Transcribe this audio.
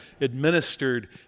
administered